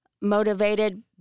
motivated